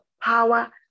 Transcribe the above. power